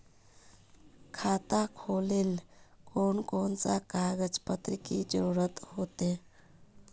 खाता खोलेले कौन कौन सा कागज पत्र की जरूरत होते?